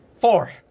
Four